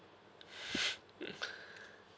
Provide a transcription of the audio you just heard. mm